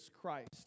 Christ